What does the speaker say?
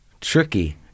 Tricky